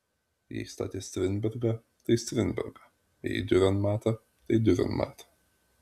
jei statė strindbergą tai strindbergą jei diurenmatą tai diurenmatą